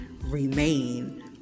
remain